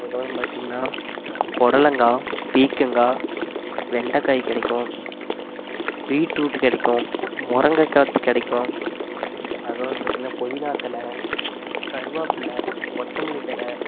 அதுக்கப்புறம் பாத்திங்கனா புடலங்கா பீர்க்கங்கா வெண்டைக்காய் கிடைக்கும் பீட்ரூட் கிடைக்கும் முரங்கக்காய் கிடைக்கும் அதுக்கப்புறம் பார்த்திங்கனா புதினா இல கருவேப்பில்லை கொத்த மல்லி இல